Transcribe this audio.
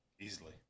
Easily